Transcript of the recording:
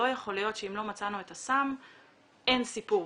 לא יכול להיות שאם לא מצאנו את הסם אין סיפור.